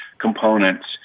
components